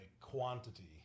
quantity